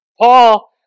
Paul